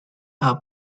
are